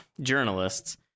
journalists